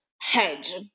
hedge